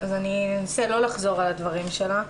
אז אני אנסה לא לחזור על הדברים שלה.